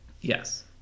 yes